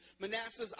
Manasseh's